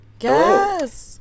Yes